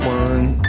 one